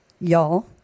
y'all